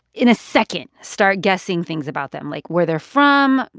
in a second start guessing things about them, like where they're from,